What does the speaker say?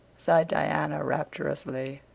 sighed diana rapturously.